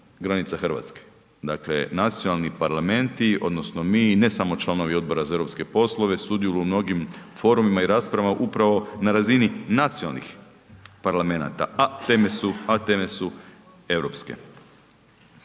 granica Hrvatske. Dakle, nacionalni parlamenti odnosno mi, ne samo članovi Odbora za europske poslove sudjeluju u mnogim forumima i raspravama upravo na razini nacionalnih parlamenata, a teme su europske.